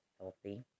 healthy